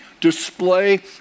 display